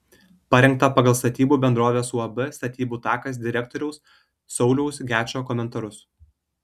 parengta pagal statybų bendrovės uab statybų takas direktoriaus sauliaus gečo komentarus